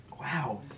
Wow